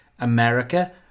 America